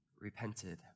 repented